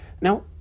Now